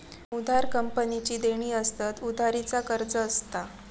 उधार कंपनीची देणी असतत, उधारी चा कर्ज असता